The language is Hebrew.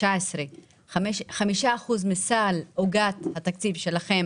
2019 5% מסל עוגת התקציב שלכם